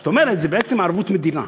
זאת אומרת, זו בעצם ערבות מדינה,